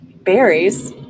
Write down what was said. berries